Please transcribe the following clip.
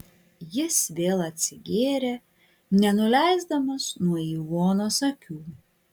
jis vėl atsigėrė nenuleisdamas nuo ivonos akių